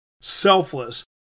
selfless